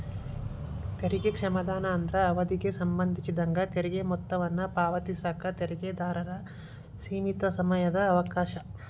ತೆರಿಗೆ ಕ್ಷಮಾದಾನ ಅಂದ್ರ ಅವಧಿಗೆ ಸಂಬಂಧಿಸಿದಂಗ ತೆರಿಗೆ ಮೊತ್ತವನ್ನ ಪಾವತಿಸಕ ತೆರಿಗೆದಾರರ ಸೇಮಿತ ಸಮಯದ ಅವಕಾಶ